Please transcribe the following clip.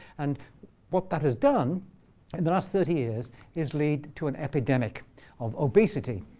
and what that has done in the last thirty years is lead to an epidemic of obesity.